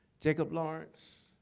jacob lawrence,